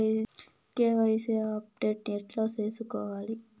KYC update ఎట్లా సేసుకోవాలి?